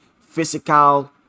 physical